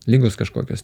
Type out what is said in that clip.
ligos kažkokios